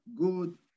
good